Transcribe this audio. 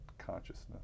Consciousness